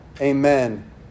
Amen